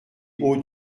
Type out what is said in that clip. hauts